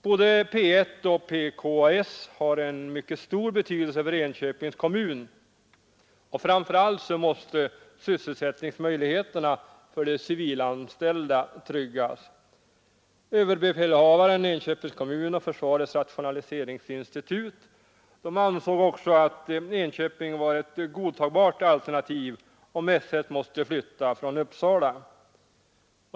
Både P1 och PKAS har mycket stor betydelse för Enköpings kommun, och framför allt måste sysselsättningsmöjligheterna för de civilanställda tryggas. Överbefälhavaren, Enköpings kommun och försvarets rationaliseringsinstitut ansåg att Enköping var ett godtagbart alternativ om §S 1 måste flytta från Uppsala.